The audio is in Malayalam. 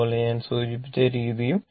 അതുപോലെ ഞാൻ സൂചിപ്പിച്ച രീതിയും